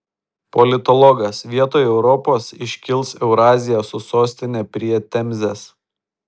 politologas vietoj europos iškils eurazija su sostine prie temzės